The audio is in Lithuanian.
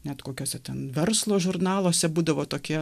net kokiuose ten verslo žurnaluose būdavo tokie